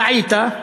טעית,